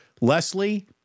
Leslie